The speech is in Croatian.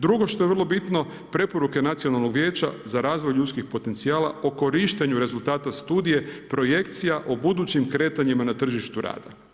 Drugo što je vrlo bitno, preporuke Nacionalnog vijeća za razvoj ljudskih potencijala o korištenju rezultata studije, projekcija o budućim kretanjima na tržištu rada.